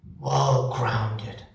well-grounded